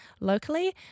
locally